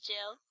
Jill